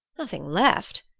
nothing left?